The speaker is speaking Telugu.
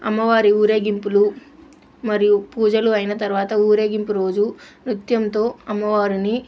అమ్మవారి ఊరేగింపులు మరియు పూజలు అయిన తర్వాత ఊరేగింపు రోజు నృత్యంతో అమ్మవారిని